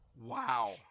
Wow